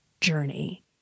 journey